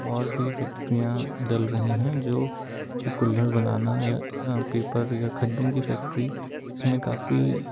और भी फैक्ट्रीयाँ डल रही हैं जो कि कुल्हड़ बनाना या पेपर या खड्डों की फैक्ट्री इसमें काफ़ी